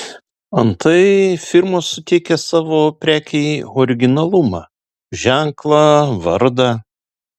antai firmos suteikia savo prekei originalumą ženklą vardą